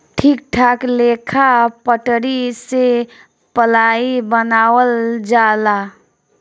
ठीक ठाक लेखा पटरी से पलाइ बनावल जाला